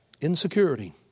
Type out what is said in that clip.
Insecurity